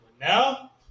Now